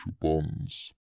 bonds